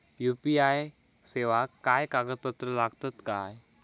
UPI सेवाक काय कागदपत्र लागतत काय?